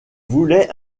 voulaient